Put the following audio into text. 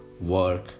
work